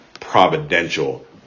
providential